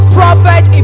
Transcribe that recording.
prophet